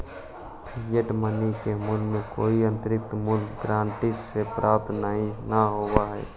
fiat money के मूल्य कोई आंतरिक मूल्य गारंटी से प्राप्त न होवऽ हई